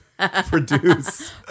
produce